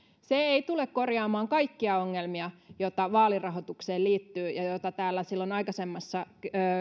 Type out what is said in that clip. se ei tule korjaamaan kaikkia ongelmia joita vaalirahoitukseen liittyy ja joita täällä silloin aikaisemmassa